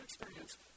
experience